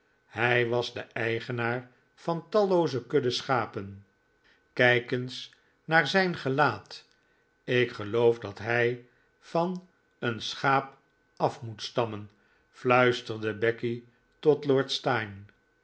hij was de eigenaar van tallooze kudden schapen kijk eens naar zijn gelaat ik geloof dat hij van een schaap af moet stammen fluisterde becky tot lord steyne